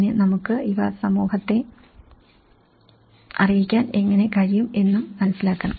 അങ്ങനെ നമുക്ക് ഇവ സമൂഹത്തെ അറിയിക്കാൻ എങ്ങനെ കഴിയും എന്നും മനസിലാക്കണം